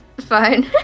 fine